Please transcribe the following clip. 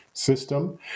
system